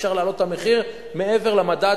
אי-אפשר להעלות את המחיר מעבר למדד,